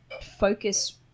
focus